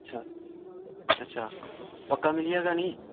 अच्छा अच्छा पक्का मिली जाह्गा नी